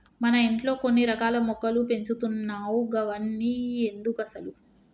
మన ఇంట్లో కొన్ని రకాల మొక్కలు పెంచుతున్నావ్ గవన్ని ఎందుకసలు